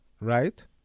right